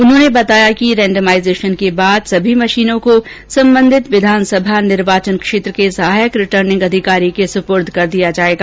उन्होंने बताया कि रेंडमाइजेशन के बाद सभी मशीनों को संबंधित विधानसभा निर्वाचन क्षेत्र के सहायक रिटर्निंग अधिकारी को सुपूर्द कर दिया जाएगा